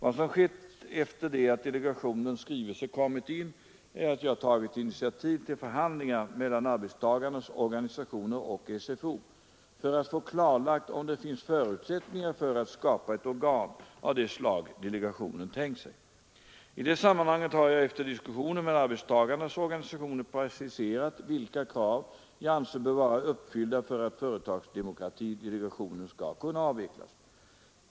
Vad som skett efter det att delegationens skrivelse kommit in är att jag tagit initiativ till förhandlingar mellan arbetstagarnas organisationer och SFO för att få klarlagt om det finns förutsättningar för att skapa ett organ av det slag delegationen tänkt sig. I det sammanhanget har jag efter diskussioner med arbetstagarnas organisationer preciserat vilka krav jag anser bör vara uppfyllda för att företagsdemokratidelegationen skall kunna avvecklas.